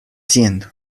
haciendo